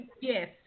yes